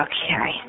Okay